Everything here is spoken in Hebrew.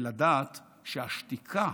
ולדעת שהשתיקה,